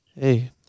Hey